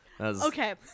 Okay